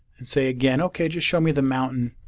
and say again okay just show me the mountain